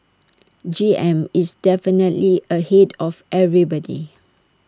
G M is definitely ahead of everybody